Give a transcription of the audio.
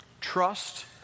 Trust